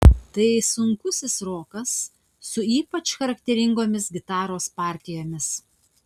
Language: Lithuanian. tai sunkusis rokas su ypač charakteringomis gitaros partijomis